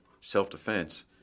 self-defense